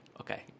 okay